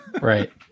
Right